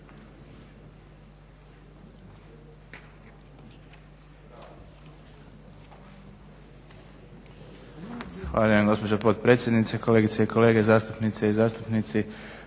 Zahvaljujem gospođo potpredsjednice, kolegice i kolege zastupnice i zastupnici,